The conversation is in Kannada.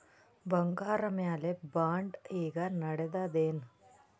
ಬಂಗಾರ ಮ್ಯಾಲ ಬಾಂಡ್ ಈಗ ನಡದದೇನು?